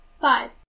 Five